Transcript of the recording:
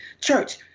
church